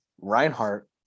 Reinhardt